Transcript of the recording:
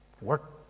Work